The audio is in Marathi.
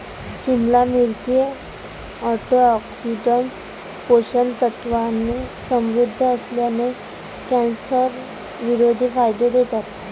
सिमला मिरची, अँटीऑक्सिडंट्स, पोषक तत्वांनी समृद्ध असल्याने, कॅन्सरविरोधी फायदे देतात